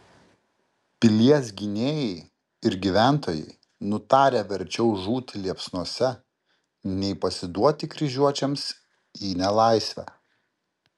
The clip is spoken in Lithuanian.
pilies gynėjai ir gyventojai nutarę verčiau žūti liepsnose nei pasiduoti kryžiuočiams į nelaisvę